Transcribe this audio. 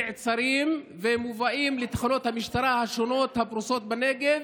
נעצרים ומובאים לתחנות המשטרה השונות הפרוסות בנגב,